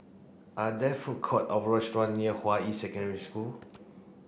are there food court or restaurant near Hua Yi Secondary School